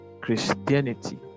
Christianity